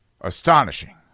astonishing